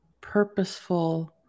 purposeful